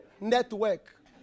Network